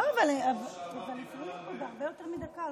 לא, אבל הפריעו לי הרבה יותר מדקה.